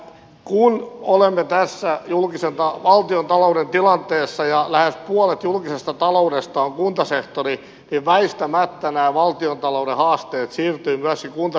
kun olemme tässä valtiontalouden tilanteessa ja lähes puolet julkisesta taloudesta on kuntasektori niin väistämättä nämä valtiontalouden haasteet siirtyvät myöskin kuntasektorille